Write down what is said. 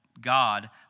God